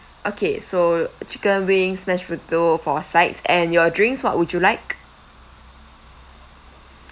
okay so chicken wings mashed potato for sides and your drinks what would you like